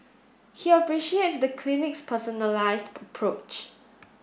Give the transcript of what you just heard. he appreciates the clinic's personalised approach